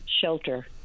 shelter